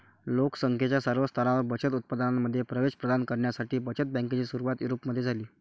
लोक संख्येच्या सर्व स्तरांवर बचत उत्पादनांमध्ये प्रवेश प्रदान करण्यासाठी बचत बँकेची सुरुवात युरोपमध्ये झाली